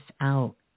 out